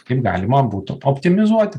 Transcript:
kaip galima būtų optimizuoti